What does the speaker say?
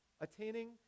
Attaining